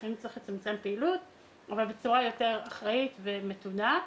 לפעמים צריך לצמצם פעילות אבל בצורה יותר אחראית ומתונה.